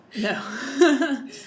No